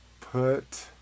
put